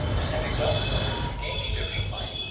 and having done so, again egyptian-like,